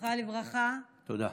זכרה לברכה, תודה.